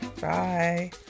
Bye